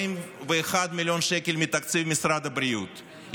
41 מיליון שקל מתקציב משרד הבריאות,